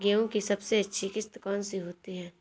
गेहूँ की सबसे अच्छी किश्त कौन सी होती है?